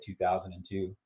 2002